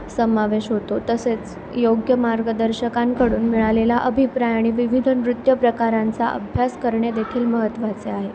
समावेश होतो तसेच योग्य मार्गदर्शकांकडून मिळालेला अभिप्राय आणि विविध नृत्य प्रकारांचा अभ्यास करणे देखील महत्त्वाचे आहे